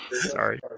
sorry